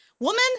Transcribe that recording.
woman